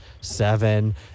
seven